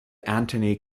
antony